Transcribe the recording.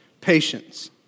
patience